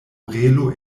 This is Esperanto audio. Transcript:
orelo